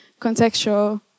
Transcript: contextual